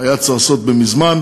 היה צריך לעשות את זה מזמן.